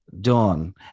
Dawn